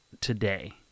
today